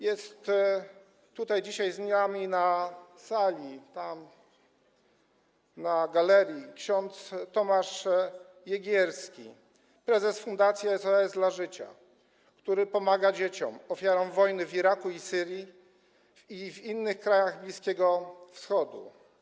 Jest tutaj dzisiaj z nami na sali, tam, na galerii, ks. Tomasz Jegierski, prezes fundacji „SOS dla życia”, który pomaga dzieciom ofiarom wojny w Iraku, w Syrii i w innych krajach Bliskiego Wschodu.